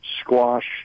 squash